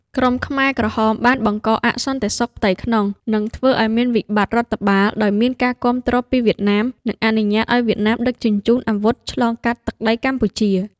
ក្រុមខ្មែរក្រហមបានបង្កអសន្តិសុខផ្ទៃក្នុង និងធ្វើឲ្យមានវិបត្តិរដ្ឋាភិបាល ដោយមានការគាំទ្រពីវៀតណាម និងអនុញ្ញាតឲ្យវៀតណាមដឹកជញ្ជូនអាវុធឆ្លងកាត់ទឹកដីកម្ពុជា។